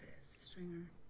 Stringer